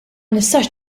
nistax